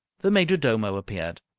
the major-domo appeared.